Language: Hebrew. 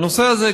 בנושא הזה,